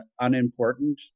unimportant